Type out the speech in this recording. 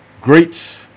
great